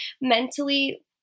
mentally